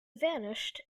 vanished